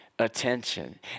Attention